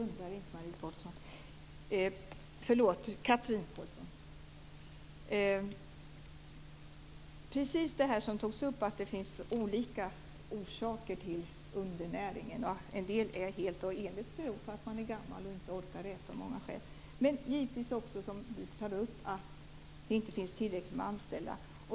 Herr talman! Vi blundar inte, Chatrine Pålsson. Det finns, precis som togs upp, olika orsaker till undernäringen. En del beror på att man är gammal och inte orkar äta själv. Men givetvis beror det också på, som Chatrine Pålsson nämnde, att det inte finns tillräckligt många anställda.